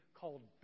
called